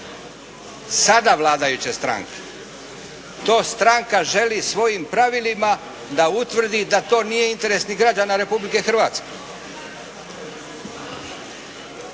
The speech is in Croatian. sada vladajuće stranke. To stranka želi svojim pravilima da utvrdi da to nije interes ni građana Republike Hrvatske.